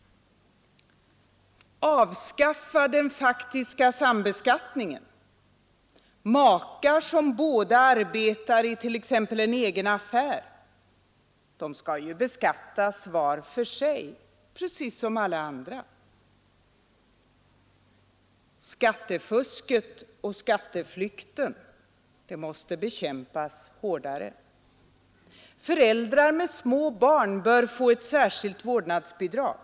Avskaffa den faktiska sambeskattningen. Makar, som t.ex. båda arbetar i en egen affär, skall ju beskattas var för sig precis som alla andra. Skattefusket och skatteflykten måste bekämpas hårdare. Föräldrar med små barn bör få ett särskilt vårdnadsbidrag.